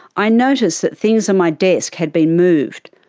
i noticed that things on my desk had been moved.